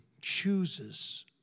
chooses